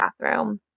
bathroom